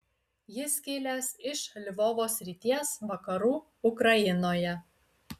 jis kilęs iš lvovo srities vakarų ukrainoje